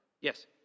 Yes